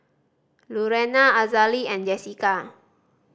Lurena Azalee and Jessika